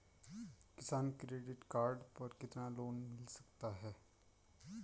किसान credit card पर कितना लोंन मिल सकता है?